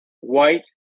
white